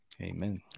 Amen